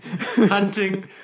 hunting